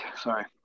sorry